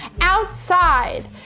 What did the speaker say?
outside